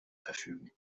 verfügen